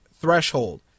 threshold